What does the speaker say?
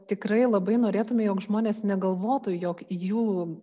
tikrai labai norėtume jog žmonės negalvotų jog jų